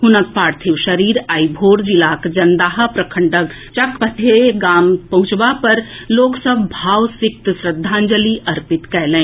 हुनक पार्थिव शरीर आइ भोर जिलाक जंदाहा प्रखंडक चकफतेह गाम पहुंचबा पर लोक सभ भावसिक्त श्रद्धांजलि अर्पित कएलनि